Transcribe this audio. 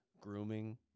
Grooming